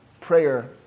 prayer